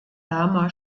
lama